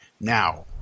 now